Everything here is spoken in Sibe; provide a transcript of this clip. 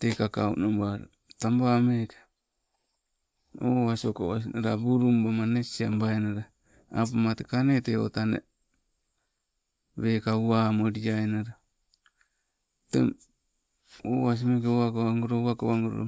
tee kakau nabaa tabawa mekee owas sokoas nala bulumbama nesii abainala apama tekaa tee o tane, weka uwa molianale, teng. Owas meke uwakawangolo uwakawangolo.